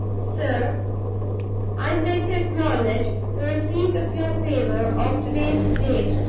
sir i beg to acknowledge the receipt of your favor of to-day's date,